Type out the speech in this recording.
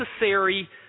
necessary